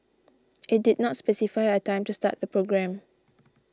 it did not specify a time to start the programme